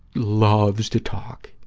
loves to talk,